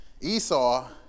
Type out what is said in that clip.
Esau